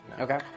Okay